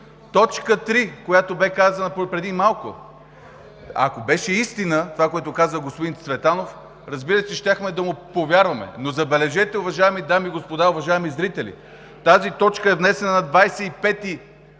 Точка трета, която бе казана преди малко – ако беше истина това, което каза господин Цветанов, разбира се, щяхме да му повярваме. Но, забележете, уважаеми дами и господа, уважаеми зрители, тази точка е внесена на 25